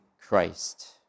christ